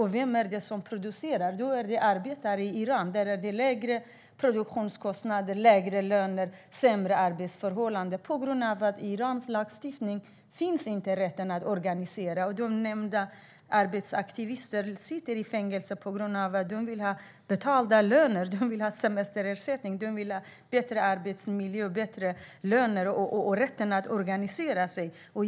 Vilka är det som producerar? Jo, det är arbetare i Iran där det är lägre produktionskostnader, lägre löner och sämre arbetsförhållanden eftersom rätten att organisera sig inte finns i iransk lagstiftning. Aktivister sitter i fängelse på grund av att de vill ha bättre löner, semesterersättning, bättre arbetsmiljö och rätten att organisera sig.